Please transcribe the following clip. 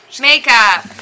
Makeup